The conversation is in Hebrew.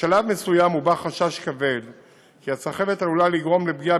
בשלב מסוים הובע חשש כבד כי הסחבת עלולה לגרום לפגיעה